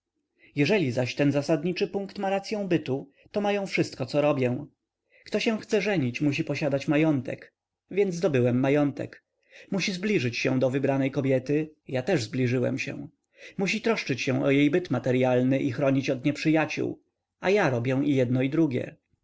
jeżeli zaś ten zasadniczy punkt ma racyą bytu to ma ją wszystko co robię kto się chce żenić musi posiadać majątek więc zdobyłem majątek musi zbliżyć się do wybranej kobiety ja też zbliżyłem się musi troszczyć się o jej byt materyalny i chronić od nieprzyjaciół a ja robię jedno i drugie